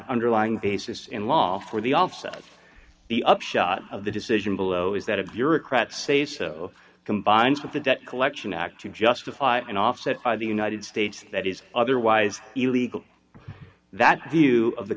underlying basis in law for the also the upshot of the decision below is that a bureaucrat sayso combines with the debt collection act to justify an offset by the united states that is otherwise illegal that's a few of the